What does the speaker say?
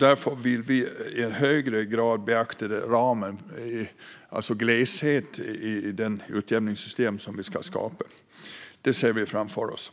Därför vill vi att man i högre grad beaktar gleshet inom ramen för det utjämningssystem som ska skapas. Det ser vi framför oss.